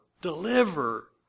deliver